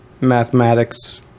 mathematics